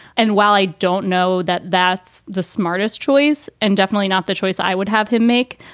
and while i don't know that that's the smartest choice and definitely not the choice i would have him make,